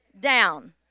down